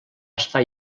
estar